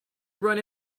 run